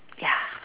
ya